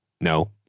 No